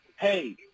hey